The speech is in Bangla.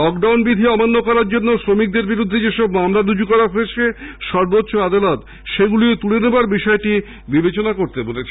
লকডাউন বিধি অমান্য করার জন্য শ্রমিকদের বিরুদ্ধে যেসব মামলা করা হয়েছে সর্বোচ্চ আদালত সেগুলিও তুলে নেওয়ার বিষয়টি বিবেচনা করতে বলেছে